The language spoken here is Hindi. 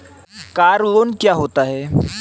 कार लोन क्या होता है?